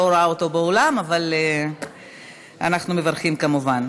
אני לא רואה אותו באולם, אבל אנחנו מברכים כמובן.